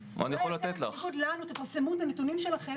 בניגוד לנו, תפרסמו את הנתונים שלכם.